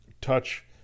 touch